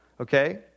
okay